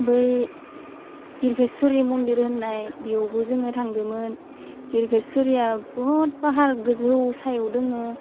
बै डिर्गोशरी मन्दिर होनाय बेयावबो जोङो थांदोंमोन डिर्गोशरीयाव बुहुथ फाहार गोजौ सायाव दङो